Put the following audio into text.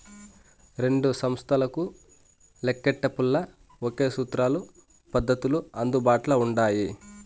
రెండు సంస్తలకు లెక్కేటపుల్ల ఒకే సూత్రాలు, పద్దతులు అందుబాట్ల ఉండాయి